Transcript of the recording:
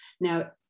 now